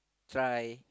try